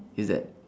is that